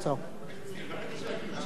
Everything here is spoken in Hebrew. אדוני היושב-ראש, סליחה, איך שאני מקשיב, לא.